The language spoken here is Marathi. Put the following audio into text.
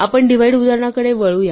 आपण डिव्हाइड उदाहरणाकडे वळू या